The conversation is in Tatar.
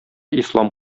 ислам